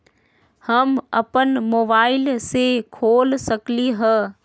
हम अपना मोबाइल से खोल सकली ह?